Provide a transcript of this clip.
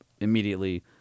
immediately